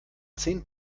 zehn